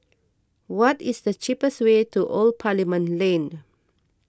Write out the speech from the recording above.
what is the cheapest way to Old Parliament Lane